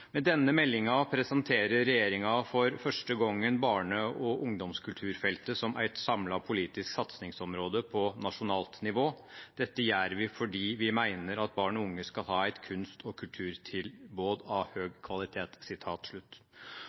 denne meldinga presenterer regjeringa for første gongen barne- og ungdomskulturfeltet som eit samla politisk satsingsområde på nasjonalt nivå. Dette gjer vi fordi vi meiner at barn og unge skal ha eit kunst- og kulturtilbod av høg kvalitet.»